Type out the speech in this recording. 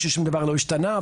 ששום דבר לא השתנה.